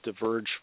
diverge